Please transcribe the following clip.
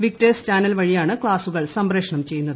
Victers channel വഴിയാണ് ക്ലാസുകൾ സംപ്രേഷണം ചെയ്യുന്നത്